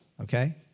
okay